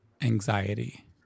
anxiety